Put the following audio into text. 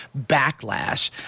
backlash